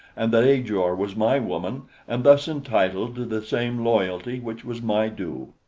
and that ajor was my woman and thus entitled to the same loyalty which was my due.